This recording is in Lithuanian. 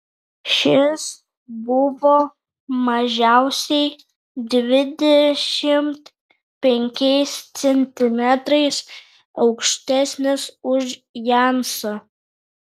šis buvo mažiausiai dvidešimt penkiais centimetrais aukštesnis už jensą